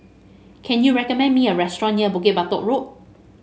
can you recommend me a restaurant near Bukit Batok Road